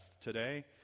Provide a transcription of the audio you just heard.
today